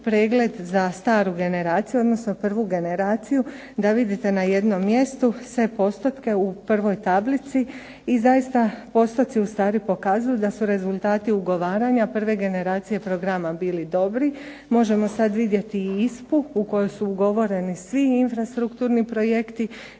pregled za staru generaciju, odnosno prvu generaciju da vidite na jednom mjestu sve postotke u prvoj tablici, i zaista postotci ustvari pokazuju da su rezultati ugovaranja prve generacije programa bili dobri, možemo sad vidjeti i ISPA-u, u kojoj su ugovoreni svi infrastrukturni projekti